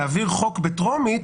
להעביר חוק בטרומית,